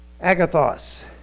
Agathos